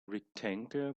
rectangle